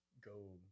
go